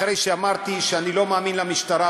אחרי שאמרתי שאני לא מאמין למשטרה,